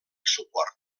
suport